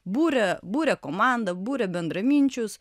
būria būria komandą būria bendraminčius